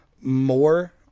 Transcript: more